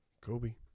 Kobe